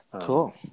cool